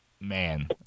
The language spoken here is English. Man